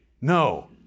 No